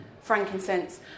frankincense